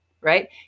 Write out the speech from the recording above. right